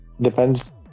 depends